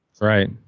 Right